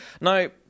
Now